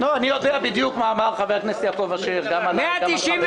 אני יודע בדיוק מה אמר חבר הכנסת יעקב אשר גם עליי וגם על חבריי.